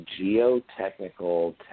geotechnical